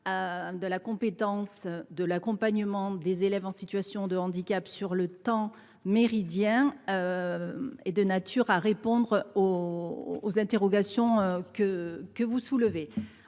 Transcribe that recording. de la compétence d’accompagnement des élèves en situation de handicap sur le temps méridien est de nature à répondre aux interrogations que vous soulevez.